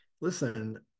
listen